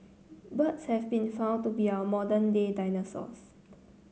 birds have been found to be our modern day dinosaurs